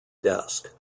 desk